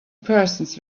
persons